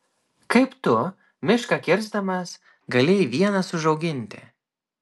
kaip tu mišką kirsdamas galėjai vienas užauginti